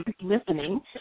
listening